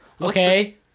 Okay